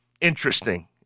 interesting